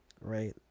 right